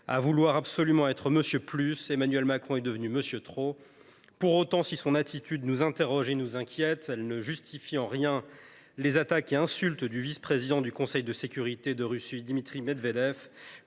À vouloir absolument être « Monsieur Plus », Emmanuel Macron est devenu « Monsieur Trop ». Pour autant, si son attitude nous interpelle et nous inquiète, elle ne justifie en rien les attaques et les insultes du vice président du Conseil de sécurité de Russie Dmitri Medvedev